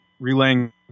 relaying